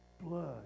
Blood